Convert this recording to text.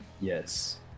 Yes